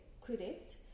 correct